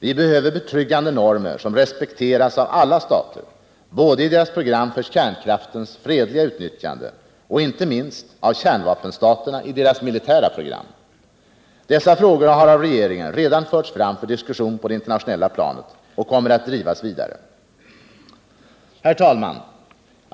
Vi behöver betryggande normer, som respekteras av alla stater, både i deras program för kärnkraftens fredliga utnyttjande och —-inte minst —-av kärnvapenstaterna i deras militära program. Dessa frågor har av regeringen redan förts fram för diskussion på det internationella planet och kommer att drivas vidare. Herr talman!